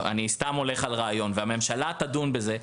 אני סתם הולך על רעיון והממשלה תדון בזה,